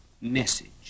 message